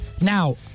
Now